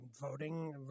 Voting